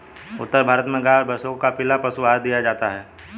उत्तर भारत में गाय और भैंसों को कपिला पशु आहार दिया जाता है